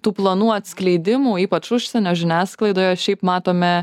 tų planų atskleidimų ypač užsienio žiniasklaidoje šiaip matome